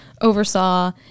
oversaw